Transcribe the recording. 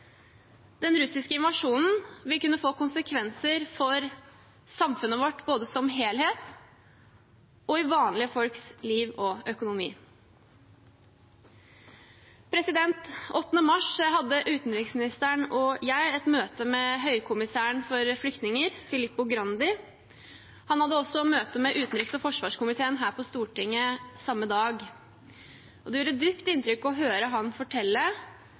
Den russiske invasjonen vil kunne få konsekvenser både for samfunnet vårt som helhet og for vanlige folks liv og økonomi. Den 8. mars hadde utenriksministeren og jeg et møte med høykommissæren for flyktninger, Filippo Grandi. Han hadde også et møte med utenriks- og forsvarskomiteen her på Stortinget samme dag. Det gjorde dypt inntrykk å høre ham fortelle